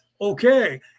Okay